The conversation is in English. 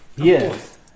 Yes